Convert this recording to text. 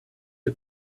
you